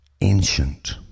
ancient